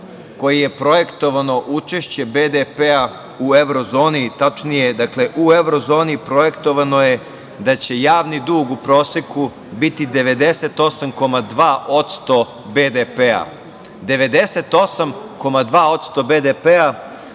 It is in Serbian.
koji je projektovano učešće BDP-a u evro-zoni, tačnije, u evro-zoni projektovano je da će javni dug u proseku biti 98,2% BDP-a. Ovo